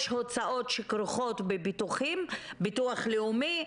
יש הוצאות שכרוכות בביטוחים - ביטוח לאומי,